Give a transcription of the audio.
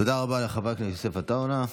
תודה רבה לחבר הכנסת יוסף עטאונה.